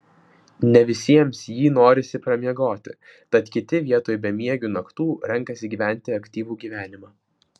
ne visiems jį norisi pramiegoti tad kiti vietoj bemiegių naktų renkasi gyventi aktyvų gyvenimą